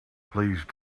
please